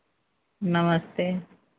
नमस्ते